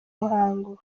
muhango